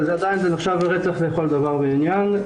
עדיין זה נחשב לרצח לכל דבר ועניין.